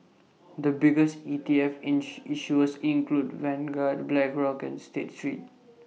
the biggest E T F ins issuers include Vanguard Blackrock and state street